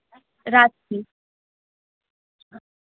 রাখছি